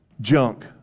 junk